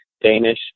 Danish